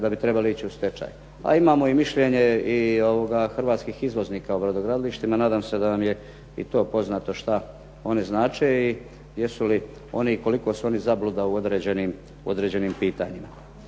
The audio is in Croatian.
da bi trebali ići u stečaj. A imamo i mišljenje i hrvatskih izvoznika u brodogradilištima. Nadam se da vam je i to poznato šta oni znače i jesu li oni i koliko su oni zabluda u određenim pitanjima.